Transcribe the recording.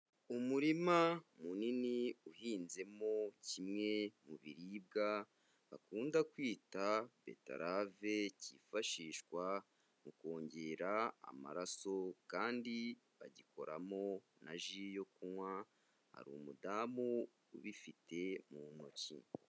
Umurima munini uhinzemo kimwe mu biribwa bakunda kwita beterave kifashishwa mu kongera amaraso kandi bagikoramo na ji yo kunywa, hari umudamu ubifite mu ntoki.